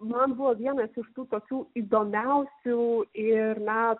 man buvo vienas iš tų tokių įdomiausių ir na